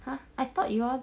!huh! I thought you all